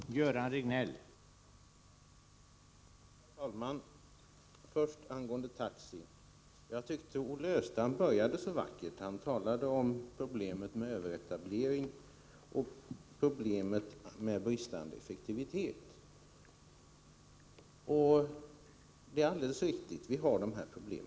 Herr talman! Först några ord angående taxi. Jag tyckte att Olle Östrand började så vackert när han talade om problemet med överetablering och problemet med bristande effektivitet. Det är alldeles riktigt att vi har dessa problem.